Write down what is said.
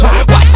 Watch